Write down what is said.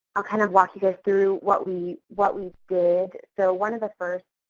ah kind of walk you guys through what we what we did. so, one of the first